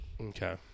Okay